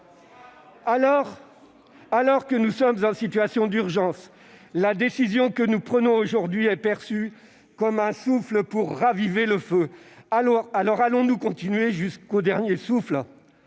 Alors que nous sommes dans une situation d'urgence, la décision que nous prenons aujourd'hui est perçue comme un souffle pour raviver le feu. Allons-nous continuer ainsi jusqu'au dernier souffle ?